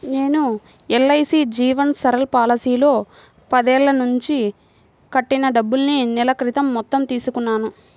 నేను ఎల్.ఐ.సీ జీవన్ సరల్ పాలసీలో పదేళ్ళ నుంచి కట్టిన డబ్బుల్ని నెల క్రితం మొత్తం తీసుకున్నాను